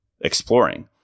exploring